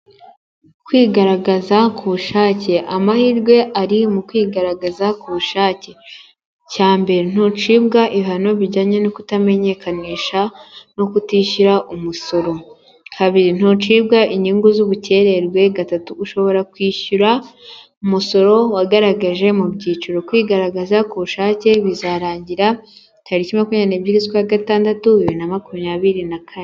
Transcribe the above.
Kwigaragaza ku bushake, amahirwe ari mu kwigaragaza ku bushake, icya mbere ntucibwa ibihano bijyanye no kutamenyekanisha no kutishyura umusoro, kabiri ntucibwa inyungu z'ubukererwe, gatatu ushobora kwishyura umusoro wagaragaje mu byiciro, kwigaragaza ku bushake bizarangira tariki makumyabiri n'ebyiri z'ukwa gatandatu bibiri na makumyabiri na kane.